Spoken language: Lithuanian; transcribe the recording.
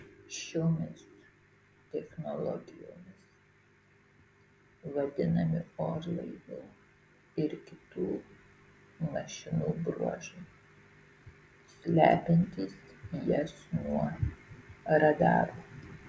šiomis technologijomis vadinami orlaivių ir kitų mašinų bruožai slepiantys jas nuo radarų